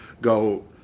go